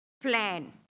plan